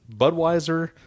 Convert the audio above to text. Budweiser